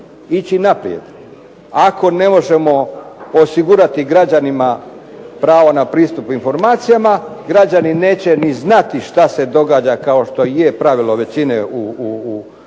ići naprijed. Ako ne možemo osigurati građanima pravo na pristup informacijama, građani neće ni znati što se događa kao što je pravilo većine u